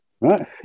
right